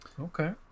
Okay